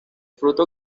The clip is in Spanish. fruto